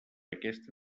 aquesta